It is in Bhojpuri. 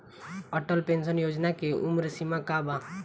अटल पेंशन योजना मे उम्र सीमा का बा?